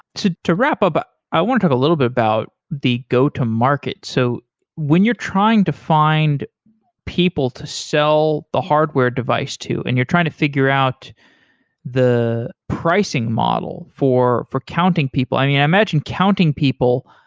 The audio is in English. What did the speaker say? to to wrap up, i want to talk a little bit about the go to market. so when you're trying to find people to sell the hardware device to and you're trying to figure out the pricing model for for counting people. i mean, i imagine counting people.